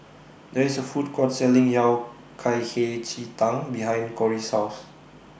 There IS A Food Court Selling Yao Cai Hei Ji Tang behind Kori's House